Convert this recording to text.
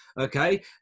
Okay